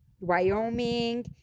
Wyoming